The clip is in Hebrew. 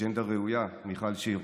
זו אג'נדה ראויה, מיכל שיר.